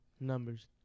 Numbers